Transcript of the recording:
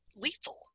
lethal